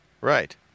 Right